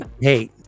hey